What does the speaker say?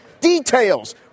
Details